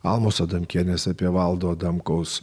almos adamkienės apie valdo adamkaus